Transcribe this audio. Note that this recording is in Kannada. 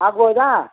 ಆಗ್ಬೌದಾ